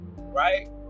right